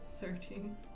Thirteen